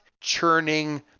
churning